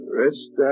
rest